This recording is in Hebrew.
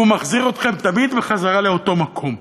ומחזיר אתכם תמיד בחזרה לאותו מקום.